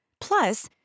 Plus